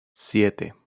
siete